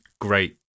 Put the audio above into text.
great